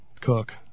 cook